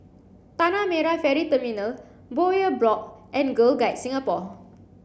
Tanah Merah Ferry Terminal Bowyer Block and Girl Guides Singapore